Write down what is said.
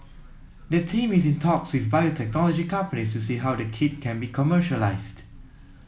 the team is in talks with biotechnology companies to see how the kit can be commercialised